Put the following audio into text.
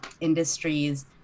industries